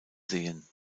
sehen